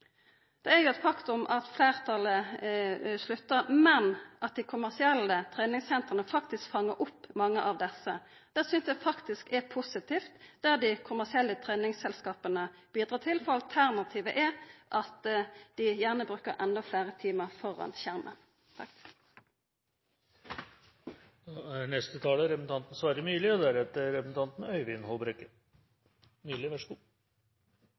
Det er eit faktum at fleirtalet sluttar, men at dei kommersielle treningssentra fangar opp mange av desse. Eg synest faktisk det er positivt at dei kommersielle treningsselskapa bidreg til det, for alternativet er at dei unge gjerne brukar endå fleire timar